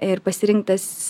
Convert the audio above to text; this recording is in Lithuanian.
ir pasirinktas